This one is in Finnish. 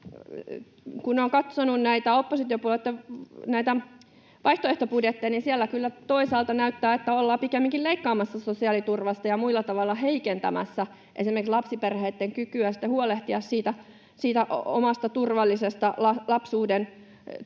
oppositiopuolueitten vaihtoehtobudjetteja, niin siellä kyllä toisaalta näyttää, että ollaan pikemminkin leikkaamassa sosiaaliturvasta ja muilla tavoilla heikentämässä esimerkiksi lapsiperheitten kykyä huolehtia omasta turvallisesta lapsuu-denympäristön